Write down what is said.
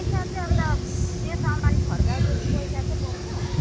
पैसा चाहिँ अन्त त्यो सामान फर्काएपछि पैसा चाहिँ पाउँछ